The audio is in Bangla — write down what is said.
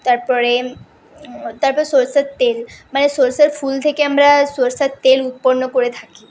তারপরে তারপর সরষের তেল মানে সরষের ফুল থেকে আমরা সরষের তেল উৎপন্ন করে থাকি